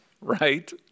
right